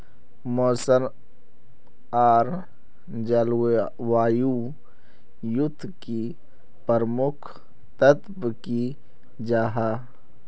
मौसम आर जलवायु युत की प्रमुख तत्व की जाहा?